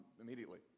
immediately